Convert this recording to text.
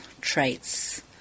traits